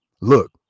look